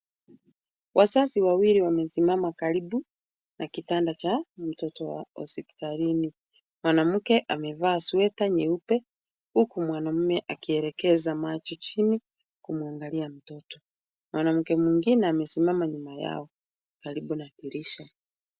Wazazi wawili wamesimama karibu na kitanda cha mtoto wa hospitalini. Mwanamke amevaa sweta nyeupe, huku mwanaume akielekeza macho chini kumwangalia mtoto. Mwanamke mwingine amesimama nyuma yao karibu na dirisha.